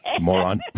Moron